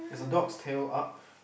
the dog's tail up